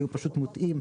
היו פשוט מוטעים,